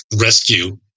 rescue